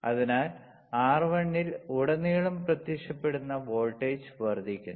അതിനാൽ R1 ൽ ഉടനീളം പ്രത്യക്ഷപ്പെടുന്ന വോൾട്ടേജ് വർദ്ധിക്കുന്നു